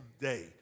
day